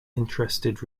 interested